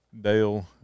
Dale